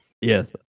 yes